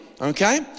okay